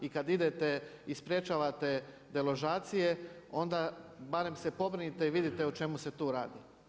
I kad idete i sprječavate deložacije, onda barem se pobrinite i vidite o čemu se tu radi.